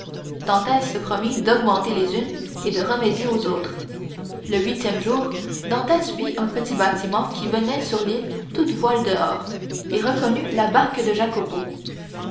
se promit d'augmenter les unes et de remédier aux autres le huitième jour dantès vit un petit bâtiment qui venait sur l'île toutes voiles dehors et reconnut la barque de